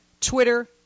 Twitter